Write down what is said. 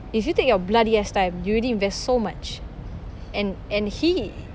if you take your bloody ass time you already invest so much and and he